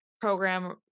program